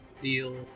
deal